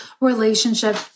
relationship